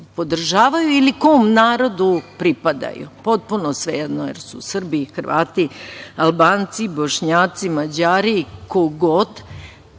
ili kom narodu pripadaju, potpuno je svejedno da li su Srbi, Hrvati, Albanci, Bošnjaci, Mađari, ko god,